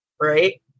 right